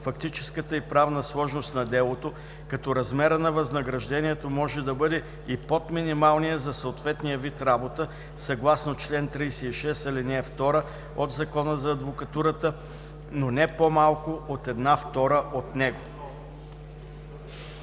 фактическата и правна сложност на делото, като размерът на възнаграждението може да бъде и под минималния за съответния вид работа съгласно чл. 36, ал. 2 от Закона за адвокатурата, но не по-малко от една втора от него.“